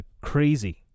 crazy